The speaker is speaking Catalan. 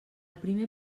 primer